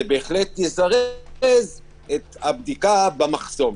זה בהחלט יזרז את הבדיקה במחסום.